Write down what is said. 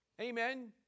Amen